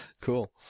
cool